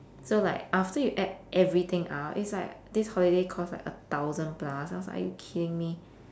so like after you add everything up it's like this holiday cost like a thousand plus I was like are you kidding me